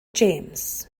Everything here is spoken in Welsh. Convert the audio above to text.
james